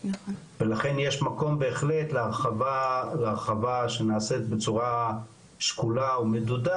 ולכן יש מקום בהחלט להרחבה שנשית בצורה שקולה ומדודה,